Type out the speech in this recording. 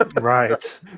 Right